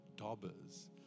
dobbers